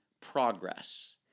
progress